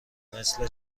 مثل